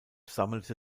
sammelte